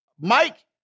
Mike